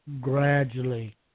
gradually